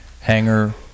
hangar